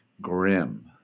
grim